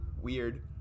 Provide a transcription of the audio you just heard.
weird